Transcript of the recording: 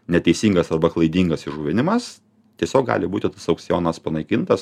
neteisingas arba klaidingas įžuvinimas tiesiog gali būti tas aukcionas panaikintas